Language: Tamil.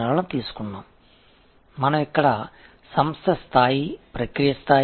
நீங்கள் இங்கே பார்க்கிறபடி